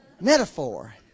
Metaphor